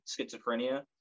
schizophrenia